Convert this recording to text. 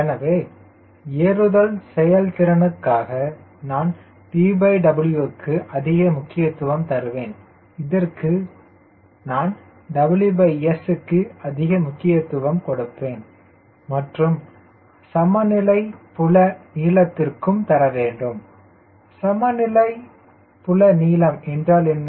எனவே ஏறுதல் செயல்திறனைக்காக நான் TW க்கு அதிக முக்கியத்துவம் தருவேன் இதற்கு நான் WS க்கு அதிக முக்கியத்துவம் கொடுப்பேன் மற்றும் சமநிலை புல நீளத்திற்கும் தரவேண்டும் சமநிலை புல நீளம் என்றால் என்ன